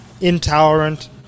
intolerant